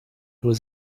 was